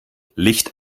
licht